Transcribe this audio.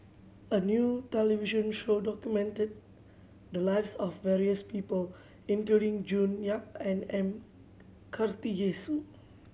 a new television show documented the lives of various people including June Yap and M Karthigesu